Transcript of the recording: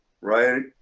Right